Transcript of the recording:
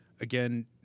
again